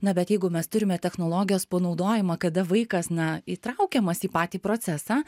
na bet jeigu mes turime technologijos panaudojimą kada vaikas na įtraukiamas į patį procesą